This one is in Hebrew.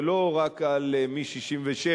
ולא רק על מ-67'.